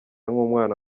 nk’umwana